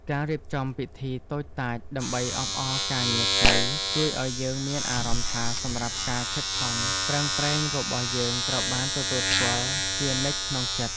ការរៀបចំពិធីតូចតាចដើម្បីអបអរការងារថ្មីជួយឱ្យយើងមានអារម្មណ៍ថាសម្រាប់ការខិតខំប្រឹងប្រែងរបស់យើងត្រូវបានទទួលស្គាល់ជានិច្ចក្នុងចិត្ត។